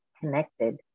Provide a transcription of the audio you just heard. connected